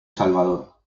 salvador